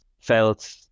felt